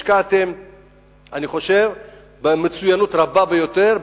השקעתם במצוינות רבה ביותר,